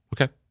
Okay